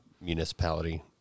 municipality